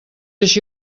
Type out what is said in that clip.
així